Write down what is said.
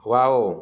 wow